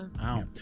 wow